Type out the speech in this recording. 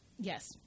yes